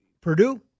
Purdue